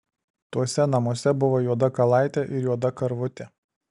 tuose namuose buvo juoda kalaitė ir juoda karvutė